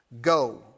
go